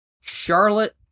Charlotte